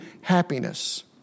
happiness